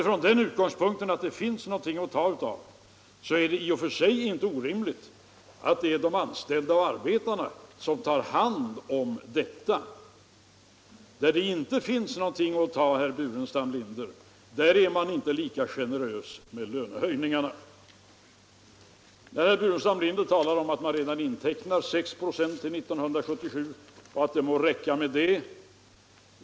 Från den utgångspunkten att det finns något att ta av är det i och för sig inte orimligt att det är de anställda och arbetarna som tar hand om detta. Där det inte finns något att ta, herr Burenstam Linder, är man inte lika generös med lönehöjningarna. Herr Burenstam Linder talar om att man redan intecknat 6 96 till 1977 och att det må räcka med detta.